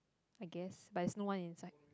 I guess but there is no one inside